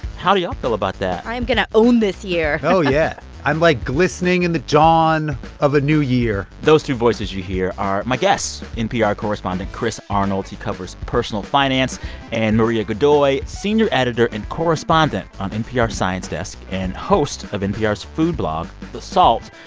how do y'all feel about that? i am going to own this year oh, yeah. i'm, like, glistening in the dawn of a new year those two voices you hear are my guests, npr correspondent chris arnold he covers personal finance and maria godoy, senior editor and correspondent on npr science desk and host of npr's food blog the salt.